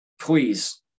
please